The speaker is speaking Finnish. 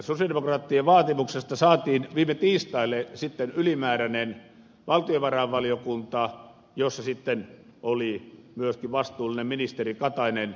sosialidemokraattien vaatimuksesta saatiin viime tiistaille sitten ylimääräinen valtiovarainvaliokunnan kokous jossa sitten oli myöskin vastuullinen ministeri katainen ja niin edelleen